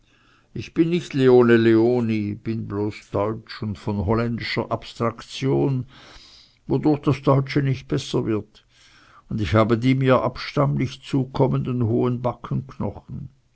ich bin nicht leone leoni bin bloß deutsch und von holländischer abstraktion wodurch das deutsche nicht besser wird und habe die mir abstammlich zukommenden hohen backenknochen